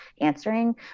answering